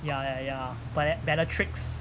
ya ya ya bella~ bellatrix